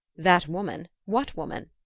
that woman? what woman?